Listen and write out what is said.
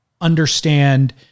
understand